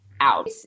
out